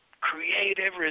creative